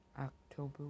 October